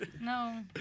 no